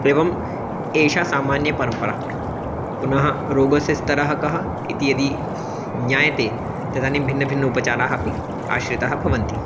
एवम् एषा सामान्यपरम्परा पुनः रोगस्य स्तरः कः इति यदि ज्ञायते तदानीं भिन्नभिन्नाः उपचाराः अपि आश्रिताः भवन्ति